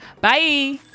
Bye